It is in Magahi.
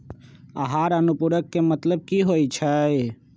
आहार अनुपूरक के मतलब की होइ छई?